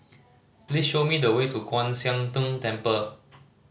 please show me the way to Kwan Siang Tng Temple